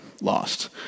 lost